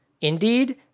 Indeed